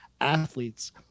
athletes